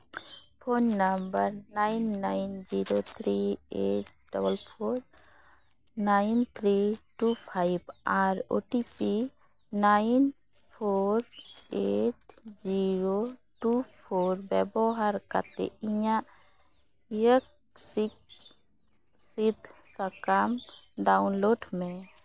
phone number nine nine zero three eight double four nine three two five ᱟᱨ OTP nine four eight zero two four ᱵᱮᱵᱚᱦᱟᱨ ᱠᱟᱛᱮᱫ ᱤᱧᱟᱹᱜ ᱤᱭᱟᱹᱠ ᱥᱤᱫᱽ ᱥᱤᱫᱽ ᱥᱟᱠᱟᱢ ᱰᱟᱣᱩᱱᱞᱳᱰ ᱢᱮ